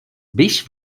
beş